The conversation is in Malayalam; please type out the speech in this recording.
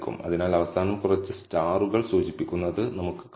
അതിനാൽ അവസാനം കുറച്ച് സ്റ്റാറുകൾ സൂചിപ്പിക്കുന്നത് നമുക്ക് കാണാം